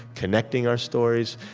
connecting our stories,